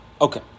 Okay